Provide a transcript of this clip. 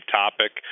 topic